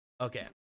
Okay